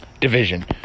division